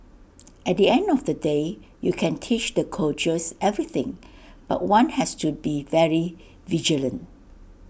at the end of the day you can teach the coaches everything but one has to be very vigilant